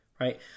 right